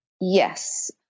Yes